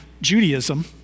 Judaism